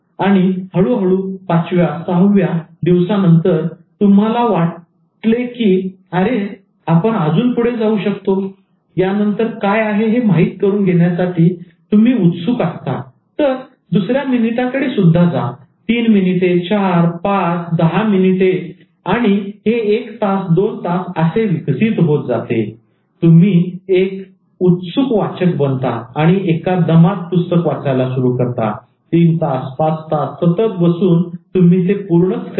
आणि हळूहळू पाचव्या सहाव्या दिवसानंतर जर तुम्हाला वाटले की अरे आपण अजून पुढे जाऊ शकतो आणि यानंतर काय आहे हे माहीत करून घेण्यासाठी तुम्ही उत्सुक असता तर दुसऱ्या मिनिटाकडे सुद्धा जा तीन मिनिटे चार पाच दहा मिनिटे आणि हे एक तास दोन तास असे विकसित होत जाते आणि तुम्ही एक उत्सुक वाचक बनता आणि एका दमात पुस्तक वाचायला सुरू करता तीन तास पाच तास सतत बसून तुम्ही ते पूर्णच करता